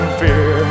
fear